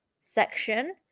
section